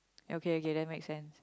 okay okay that make sense